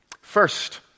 First